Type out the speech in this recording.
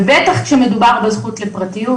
בטח כשמדובר בזכות לפרטיות,